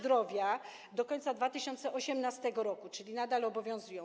Do końca 2018 r., czyli nadal obowiązują.